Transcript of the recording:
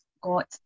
got